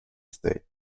states